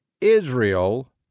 Israel